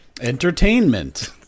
Entertainment